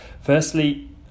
firstly